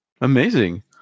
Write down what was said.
Amazing